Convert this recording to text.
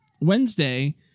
Wednesday